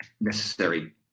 necessary